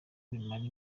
bimara